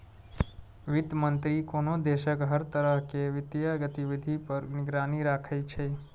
वित्त मंत्री कोनो देशक हर तरह के वित्तीय गतिविधि पर निगरानी राखै छै